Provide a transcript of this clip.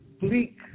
bleak